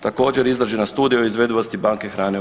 Također izrađena studija o izvedivosti banke hrane u